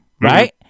right